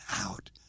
out